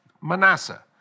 Manasseh